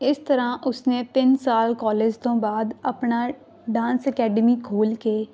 ਇਸ ਤਰ੍ਹਾਂ ਉਸਨੇ ਤਿੰਨ ਸਾਲ ਕਾਲਜ ਤੋਂ ਬਾਅਦ ਆਪਣਾ ਡਾਂਸ ਅਕੈਡਮੀ ਖੋਲ੍ਹ ਕੇ